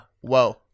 Whoa